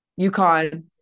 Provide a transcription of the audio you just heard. uconn